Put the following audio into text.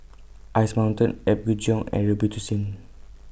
Ice Mountain Apgujeong and Robitussin